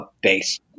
base